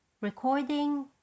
Recording